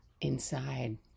inside